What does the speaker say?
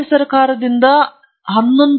ನಾವು ರಾಜ್ಯ ಸರ್ಕಾರದಿಂದ 11